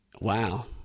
wow